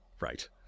Right